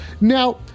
Now